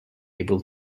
able